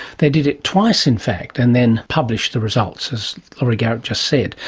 they did it twice in fact and then published the results, as laurie garrett just said.